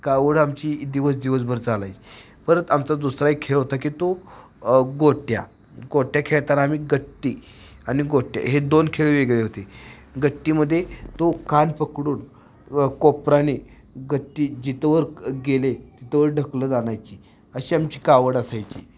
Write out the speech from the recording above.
कावड आमची दिवस दिवसभर चालायचं परत आमचा दुसरा एक खेळ होता की तो गोट्या गोट्या खेळताना आम्ही गट्टी आणि गोट्या हे दोन खेळ वेगळे होते गट्टीमध्ये तो कान पकडून कोपराने गट्टी जिथवर गेले तिथवर ढकलंत आणायची अशी आमची कावड असायची